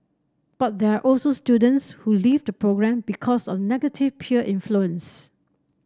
but there are also students who leave the programme because of negative peer influence